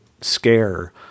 scare